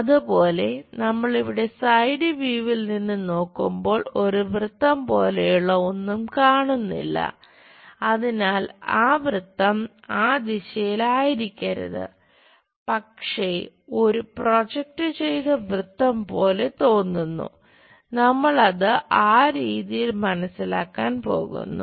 അതുപോലെ നമ്മൾ ഇവിടെ സൈഡ് വ്യൂവിൽ ചെയ്ത വൃത്തം പോലെ തോന്നുന്നു നമ്മൾ അത് ആ രീതിയിൽ മനസ്സിലാക്കാൻ പോകുന്നു